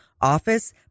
office